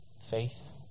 faith